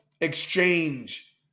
exchange